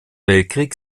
weltkrieg